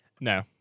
no